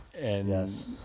Yes